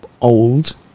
old